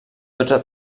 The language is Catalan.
dotze